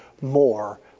more